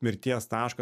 mirties taško